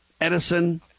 Edison